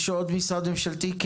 יש עוד משרד ממשלתי?